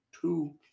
two